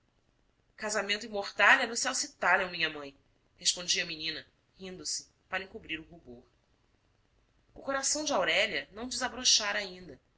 e mortalha no céu se talham minha mãe respondia a menina rindo-se para encobrir o rubor o coração de aurélia não desabrochara ainda